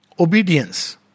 Obedience